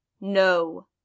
no